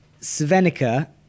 Svenica